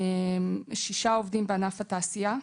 שישה עובדים בענף התעשייה,